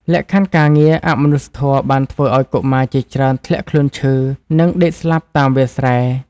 លក្ខខណ្ឌការងារអមនុស្សធម៌បានធ្វើឱ្យកុមារជាច្រើនធ្លាក់ខ្លួនឈឺ និងដេកស្លាប់តាមវាលស្រែ។